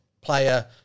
player